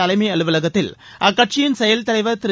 தலைமை அலுவலகத்தில் அக்கட்சியின் செயல் தலைவர் திரு